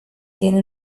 tiene